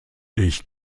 ich